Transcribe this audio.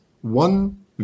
one